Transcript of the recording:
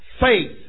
Faith